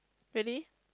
really